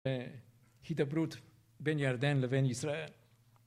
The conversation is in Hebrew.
הדברות בין ירדן לבין ישראל